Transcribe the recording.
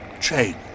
change